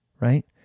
right